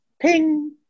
ping